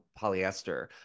polyester